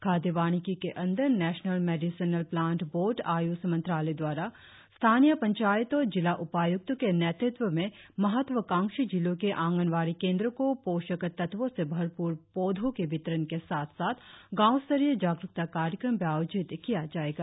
खाद्य वानिकी के अंदर national medicinal plant board Ayush मंत्रालय दवारा स्थानीय पंचायत और जिला उपाय्क्तो के नेतृत्व में महत्वकांक्षी जिलों के आंगनवाड़ी केंद्रो को पोषक तत्वों से भरप्र पौधो के वितरण के साथ साथ गांव स्तरीय जागरुकता कार्यक्रम भी आयोजित किया जाएगा